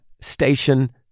station